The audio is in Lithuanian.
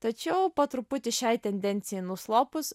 tačiau po truputį šiai tendencijai nuslopus